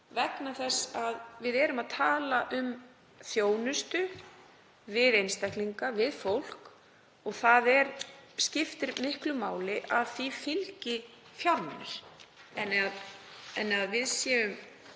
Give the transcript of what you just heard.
vegna þess að við erum að tala um þjónustu við einstaklinga, við fólk, og það skiptir miklu máli að því fylgi fjármunir þannig að við séum